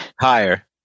Higher